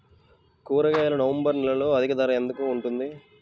కూరగాయలు నవంబర్ నెలలో అధిక ధర ఎందుకు ఉంటుంది?